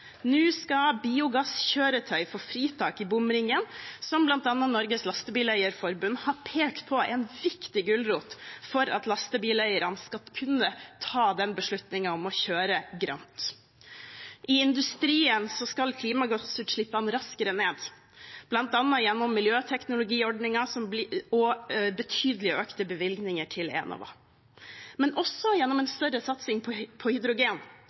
Nå skal biogasskjøretøy få fritak i bomringen, noe bl.a. Norges Lastebileier-Forbund har pekt på er en viktig gulrot for at lastebileiere skal kunne ta beslutningen om å kjøre grønt. I industrien skal klimagassutslippene raskere ned, bl.a. gjennom miljøteknologiordningen og betydelig økte bevilgninger til Enova, men også gjennom en større satsing på